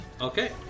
okay